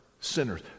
sinners